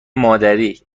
مادری